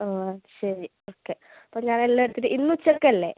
ആ ശരി ഓക്കെ അപ്പം ഞാനെല്ലാം എടുത്തിട്ട് ഇന്നുച്ചയ്ക്കല്ലേ